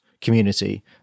community